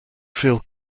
feel